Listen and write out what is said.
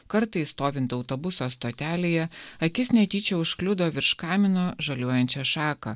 kartais stovint autobuso stotelėje akis netyčia užkliudo virš kamino žaliuojančią šaką